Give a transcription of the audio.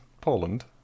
Poland